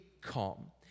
calm